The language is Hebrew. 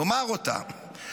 לומר אותה,